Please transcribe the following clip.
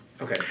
okay